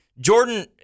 Jordan